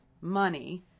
money